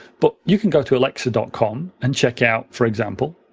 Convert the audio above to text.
but you can go to alexa dot com and check out, for example,